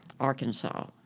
arkansas